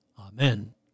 Amen